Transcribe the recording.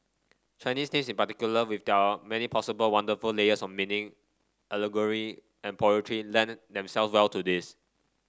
Chinese names in particular with their many possible wonderful layers of meaning allegory and poetry lend themselves well to this